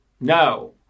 no